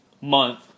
month